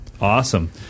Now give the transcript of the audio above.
awesome